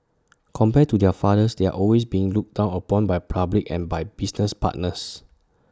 compared to their fathers they're always being looked down upon by public and by business partners